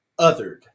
othered